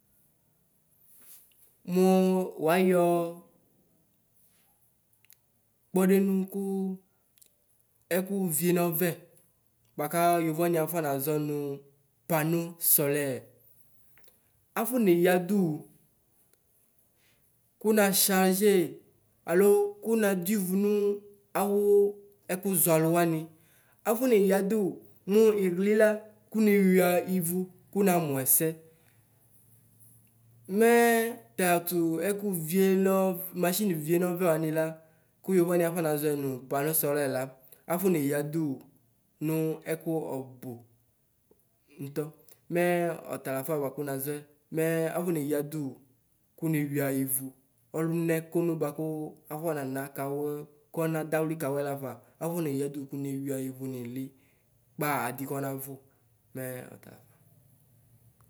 Mʋ woyɔ kpɔɖenu ku ɛkʋvie nu ɔvɛ buaku yovo wani afɔnazɔ nu pano sɔlɛr. Afɔ neyadʋwu kʋna shaje, alo kunadu wu nu awu ɛkuzɔ aluwanɩ, afɔneyadʋ wu mu ixlila kʋnewɩa ivʋ ku nanʋ ɛsɛ. Mɛ tatʋ ɛkʋvie nɔvɛ mashinvie nɔvɛ wanila ku yovo wani afɔnazɔɛ nu pano sɔlɛr la afɔne yadʋ wu nu ɛkʋ ɔbʋ ntɔ, mɛ ɔtalafa buaku nazɔɛ mɛ afɔ neya duwu kunewia ivʋ ɔlʋnɛ kono buaku afɔnana kawʋ kɔna dawli kawʋ kafa afɔne yadʋ wu kɔnewia wu nili kpaa adɩ kɔnaʋʋ mɛ ɔtalafa.